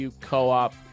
Co-op